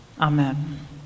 Amen